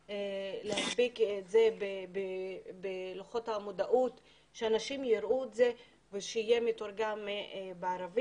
להדביק על לוחות המודעות כך שאנשים יראו אותו ושהוא יהיה מתורגם לערבית.